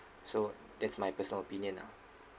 so that's my personal opinion ah